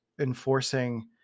enforcing